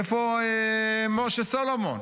איפה משה סולומון?